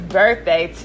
birthday